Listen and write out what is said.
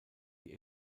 die